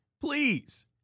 Please